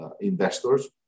investors